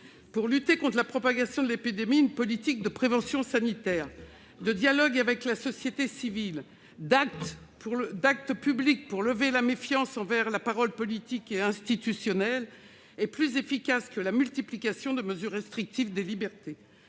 Pour lutter contre celle-ci, une politique de prévention sanitaire, de dialogue avec la société civile et d'actions destinées à lever la méfiance envers la parole publique et institutionnelle est plus efficace que la multiplication de mesures restrictives des libertés.